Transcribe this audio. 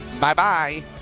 Bye-bye